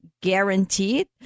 guaranteed